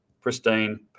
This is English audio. Pristine